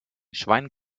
schwein